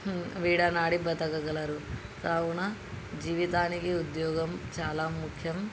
విడనాడి బ్రతకగలరు కావున జీవితానికి ఉద్యోగం చాలా ముఖ్యం